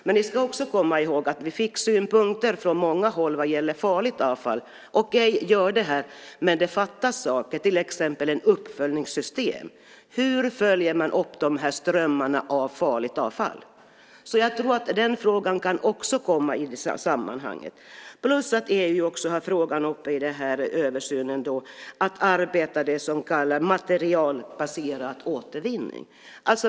Men ni ska också komma ihåg att vi fick synpunkter från många håll vad gäller farligt avfall. Det fattas saker, som till exempel ett uppföljningssystem. Hur följer man upp strömmarna av farligt avfall? Jag tror att den frågan också kan komma i sammanhanget. Dessutom har EU i översynen frågan uppe om arbetet med det som kallas materialbaserad återvinning.